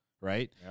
right